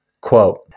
Quote